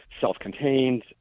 self-contained